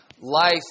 life